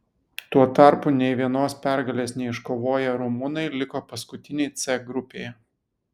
tuo tarpu nei vienos pergalės neiškovoję rumunai liko paskutiniai c grupėje